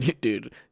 Dude